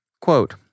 Quote